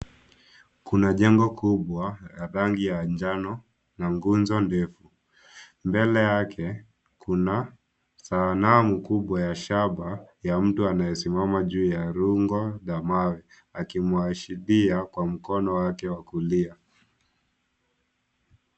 Kuna jengo kubwa ya rangi ya njano, na nguzo ndefu, mbele yake kuna sahanamu kubwa ya shaba ya mtu anayesimama juu ya rungo ya mawe akimwashiria kwa mkono wake wa kulia.